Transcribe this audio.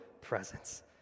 presence